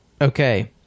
Okay